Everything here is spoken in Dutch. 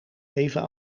even